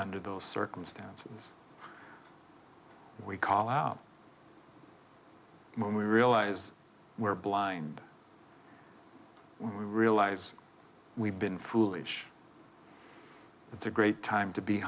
under those circumstances we call out when we realize we're blind we realize we've been foolish it's a great time to be